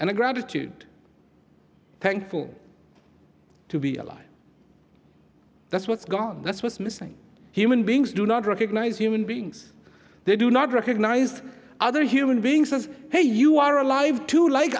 and a gratitude thankful to be alive that's what's gone that's what's missing human beings do not recognize human beings they do not recognize other human beings as hey you are alive to like